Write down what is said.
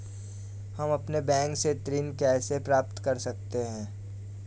हम बैंक से ऋण कैसे प्राप्त कर सकते हैं?